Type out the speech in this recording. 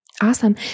Awesome